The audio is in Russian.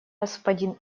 господин